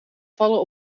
vallen